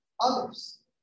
others